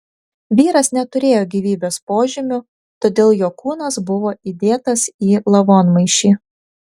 vyras neturėjo gyvybės požymių todėl jo kūnas buvo įdėtas į lavonmaišį